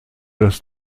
das